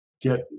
get